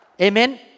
Amen